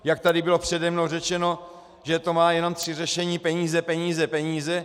Jak tady bylo přede mnou řečeno, že to má jenom tři řešení: peníze, peníze, peníze.